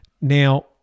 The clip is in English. Now